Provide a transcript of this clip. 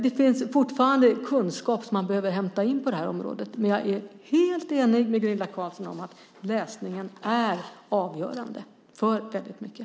Man behöver fortfarande hämta in kunskap på det här området. Jag är helt enig med Gunilla Carlsson om att läsning är avgörande för väldigt mycket.